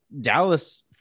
Dallas